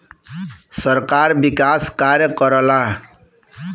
सरकार विकास कार्य करला